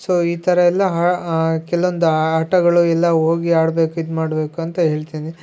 so ಈ ಥರ ಎಲ್ಲ ಕೆಲವೊಂದು ಆಟಗಳು ಎಲ್ಲಾ ಹೋಗಿ ಆಡಬೇಕು ಇದು ಮಾಡಬೇಕು ಅಂತ ಹೇಳ್ತೀನಿ